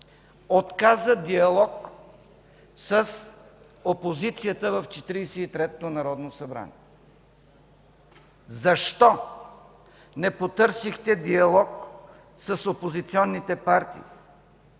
отказа диалог с опозицията в Четиридесет и третото народно събрание. Защо не потърсихте диалог с опозиционните партии?